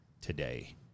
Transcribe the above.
today